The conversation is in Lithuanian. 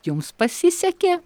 jums pasisekė